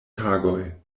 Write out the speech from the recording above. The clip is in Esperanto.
tagoj